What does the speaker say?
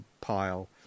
pile